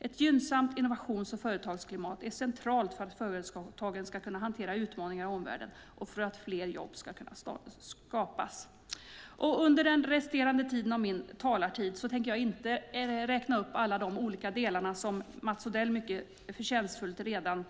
Ett gynnsamt innovations och företagsklimat är centralt för att företagen ska kunna hantera utmaningar i omvärlden och för att fler jobb ska kunna skapas. Under den resterande delen av min talartid tänker jag inte räkna upp alla delar som Mats Odell mycket förtjänstfullt redan